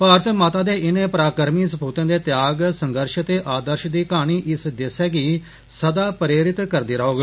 भारत माता दे इने पराक्रमी सपूतें दे त्याग संघर्श ते आदर्ष दी क्हानी इस देसै गी सदा प्रेरित करदी रौह्ग